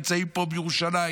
נמצאים פה בירושלים,